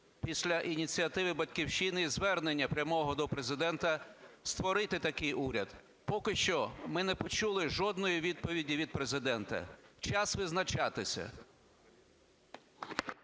після ініціативи "Батьківщини" і звернення прямого до Президента створити такий уряд. Поки що ми не почули жодної відповіді від Президента. Час визначатися.